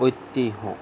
ঐতিহ্য